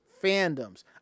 fandoms